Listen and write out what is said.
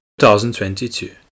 2022